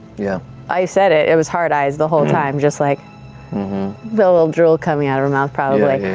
yeah i said it, it was heart eyes the whole time. just like the little drool coming out of her mouth probably, like